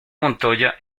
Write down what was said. montoya